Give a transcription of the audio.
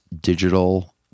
digital